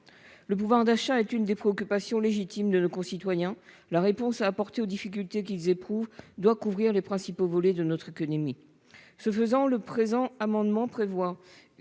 Le pouvoir d'achat est une préoccupation légitime de nos concitoyens. La réponse à apporter aux difficultés qu'ils éprouvent doit couvrir les principaux volets de notre économie. Cet amendement vise